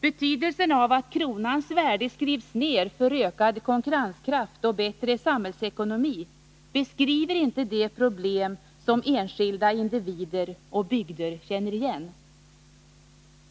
Betydelsen av att kronans värde skrivs ner för ökad konkurrenskraft och bättre samhällsekonomi beskriver inte de problem som enskilda individer och bygder känner igen.